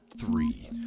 Three